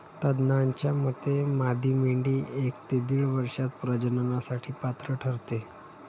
तज्ज्ञांच्या मते मादी मेंढी एक ते दीड वर्षात प्रजननासाठी पात्र ठरते